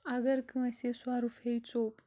اگر کٲنٛسہِ سۄرُپھ ہے ژوٚپ